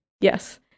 Yes